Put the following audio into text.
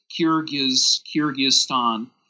Kyrgyzstan